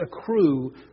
accrue